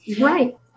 Right